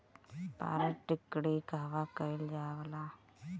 पारद टिक्णी कहवा कयील जाला?